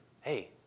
hey